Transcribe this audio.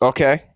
Okay